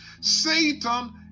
Satan